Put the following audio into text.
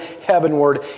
heavenward